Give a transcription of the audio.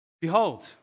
Behold